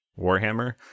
Warhammer